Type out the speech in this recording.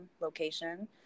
location